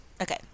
Okay